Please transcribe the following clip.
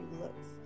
looks